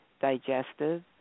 digestive